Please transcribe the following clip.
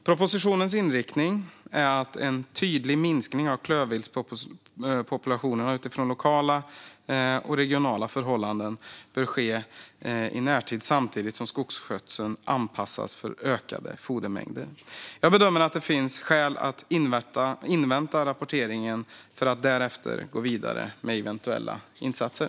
Propositionens inriktning är att en "tydlig minskning av klövviltpopulationerna utifrån lokala och regionala förhållanden bör ske i närtid samtidigt som skogsskötseln anpassas för ökade fodermängder". Jag bedömer att det finns skäl att invänta rapporteringen för att därefter gå vidare med eventuella insatser.